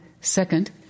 second